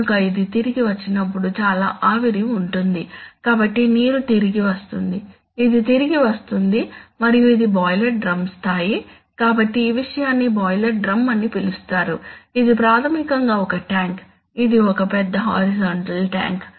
కనుక ఇది తిరిగి వచ్చినప్పుడు చాలా ఆవిరి ఉంటుంది కాబట్టి నీరు తిరిగి వస్తుంది ఇది తిరిగి వస్తుంది మరియు ఇది బాయిలర్ డ్రమ్ స్థాయి కాబట్టి ఈ విషయాన్ని బాయిలర్ డ్రమ్ అని పిలుస్తారు ఇది ప్రాథమికంగా ఒక ట్యాంక్ ఇది ఒక పెద్ద హారిజాంటల్ ట్యాంక్